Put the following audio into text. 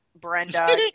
Brenda